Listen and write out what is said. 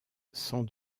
sans